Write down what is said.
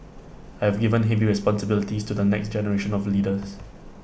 I have given heavy responsibilities to the next generation of leaders